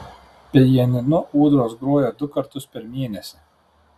pianinu ūdros groja du kartus per mėnesį